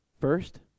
First